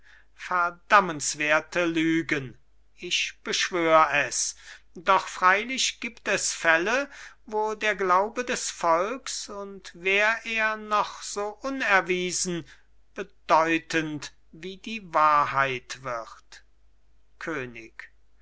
verdammenswerte lügen ich beschwör es doch freilich gibt es fälle wo der glaube des volks und wär er noch so unerwiesen bedeutend wie die wahrheit wird könig